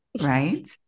right